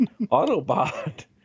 Autobot